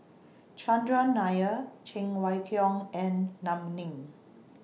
Chandran Nair Cheng Wai Keung and Lam Ning